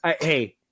Hey